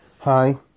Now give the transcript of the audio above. Hi